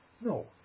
No